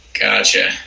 Gotcha